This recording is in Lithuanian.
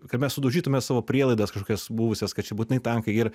kad mes sudaužytume savo prielaidas kažkokias buvusias kad čia būtinai tankai ir